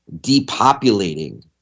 depopulating